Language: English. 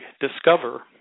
discover